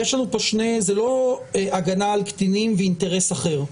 זה לא הגנה על קטינים ואינטרס אחר.